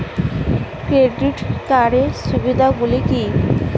Credit কার্ডের সুবিধা গুলো কি?